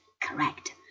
correct